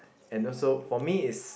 and also for me is